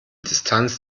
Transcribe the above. distanz